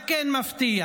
מה כן מפתיע?